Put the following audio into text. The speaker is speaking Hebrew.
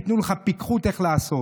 ייתנו לך פיקחות איך לעשות.